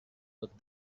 but